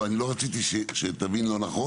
לא, אני לא רציתי שתבין לא נכון.